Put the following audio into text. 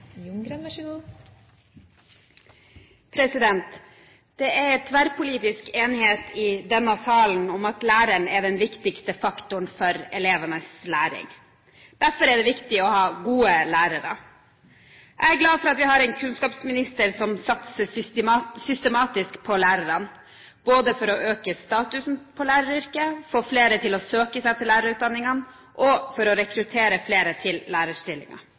tverrpolitisk enighet i denne salen om at læreren er den viktigste faktoren for elevenes læring. Derfor er det viktig å ha gode lærere. Jeg er glad for at vi har en kunnskapsminister som satser systematisk på lærerne, både for å øke statusen til læreryrket, få flere til å søke seg til lærerutdanningen og for å rekruttere flere til